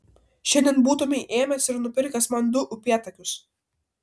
šiandien būtumei ėmęs ir nupirkęs man du upėtakius